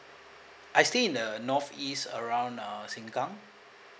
I stay in the north east around uh sengkang